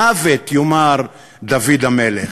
מוות, יאמר דוד המלך,